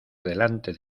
delante